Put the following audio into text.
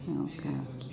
no car okay